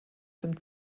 dem